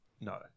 No